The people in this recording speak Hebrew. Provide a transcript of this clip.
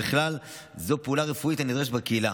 ובכלל זה פעולות רפואיות הנדרשות בקהילה,